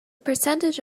percentage